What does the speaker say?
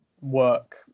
work